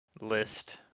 list